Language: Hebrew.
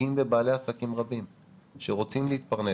פוגעים בבעלי עסקים רבים שרוצים להתפרנס